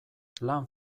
lan